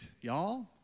y'all